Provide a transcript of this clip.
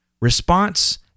response